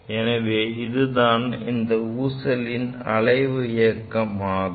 எனவே இது தான் இந்த ஊசலின் அலைவு இயக்கம் ஆகும்